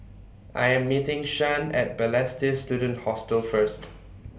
I Am meeting Shan At Balestier Student Hostel First